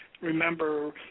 remember